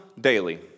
Daily